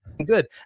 good